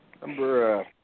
Number